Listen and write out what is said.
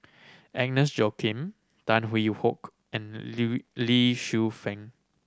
Agnes Joaquim Tan Hwee Hock and Lee Shu Fen